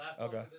Okay